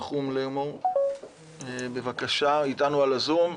איתנו בזום.